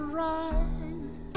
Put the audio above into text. right